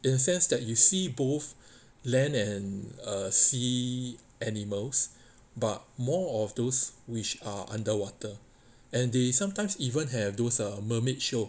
in a sense that you see both land and err sea animals but more of those which are underwater and they sometimes even have those err mermaid show